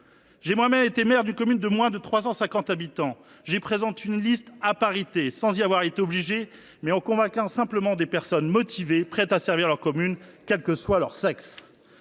J’ai moi même été maire d’une commune de moins de 350 habitants. J’ai présenté une liste paritaire, sans y avoir été obligé, mais en convainquant simplement des personnes motivées, prêtes à servir leur commune, quel que soit leur sexe.